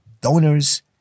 donors